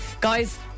guys